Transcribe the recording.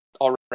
already